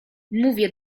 mówię